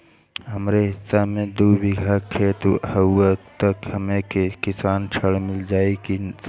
हमरे हिस्सा मे दू बिगहा खेत हउए त हमके कृषि ऋण मिल जाई साहब?